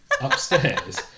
upstairs